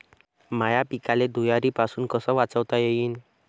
माह्या पिकाले धुयारीपासुन कस वाचवता येईन?